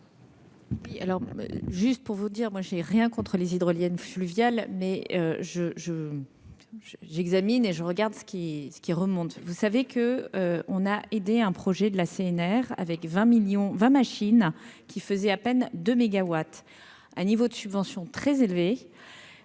juste pour vous dire, moi j'ai rien contre les hydroliennes fluviales mais je, je, je, j'examine et je regarde ce qui ce qui remonte, vous savez que on a aidé un projet de la CNR avec 20 millions va machine qui faisait à peine 2 mégawatts, un niveau de subventions très élevées